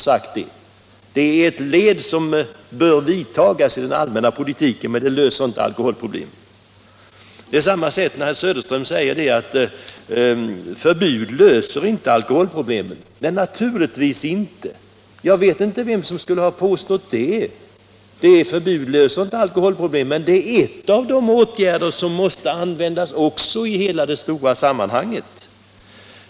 Borttagandet av mellanölet är ett steg som bör tas i den allmänna alkoholpolitiken, men det löser inte alkoholproblemen. Herr Söderström sade att förbud inte löser alkoholproblemen. Naturligtvis inte. Jag vet inte vem som skulle ha påstått något sådant. Men det är en av de åtgärder som måste vidtas i det stora sammanhanget.